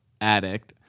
addict